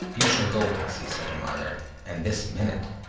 you shall go, hussy! said the mother and this minute.